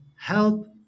help